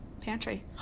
pantry